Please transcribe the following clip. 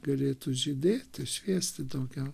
galėtų žydėti šviesti daugiau